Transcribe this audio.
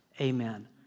Amen